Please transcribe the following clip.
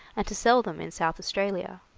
and to sell them in south australia.